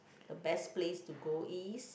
the best place to go is